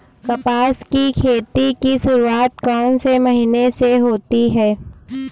कपास की खेती की शुरुआत कौन से महीने से होती है?